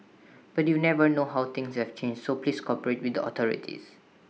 but you never know how things have changed so please cooperate with the authorities